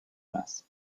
más